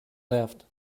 left